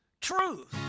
truth